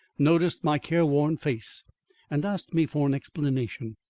noticed my care-worn face and asked me for an explanation.